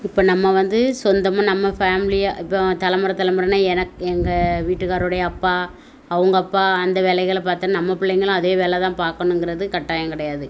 இப்போ நம்ம வந்து சொந்தமாக நம்ம ஃபேமிலியாக இப்போ தலமுறை தலமுறைன்னா எனக்கு எங்கள் வீட்டுக்காரருடைய அப்பா அவங்க அப்பா அந்த வேலைகளை பார்த்தா நம்ம பிள்ளைங்களும் அதே வேலை தான் பார்க்கணுங்கிறது கட்டாயம் கிடையாது